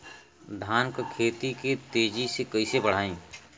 धान क खेती के तेजी से कइसे बढ़ाई?